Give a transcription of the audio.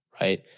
right